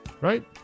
Right